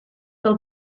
del